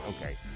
Okay